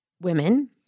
women